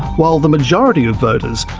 while the majority of voters,